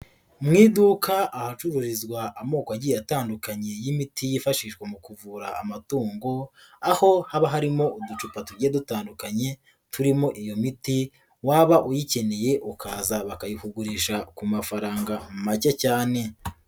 Mu iduka ahacururizwa amoko agiye atandukanye y'imiti yifashishwa mu kuvura amatungo, aho haba harimo uducupa tugiye dutandukanye turimo iyo miti, waba uyikeneye ukaza bakayikugurisha ku mafaranga make cyane.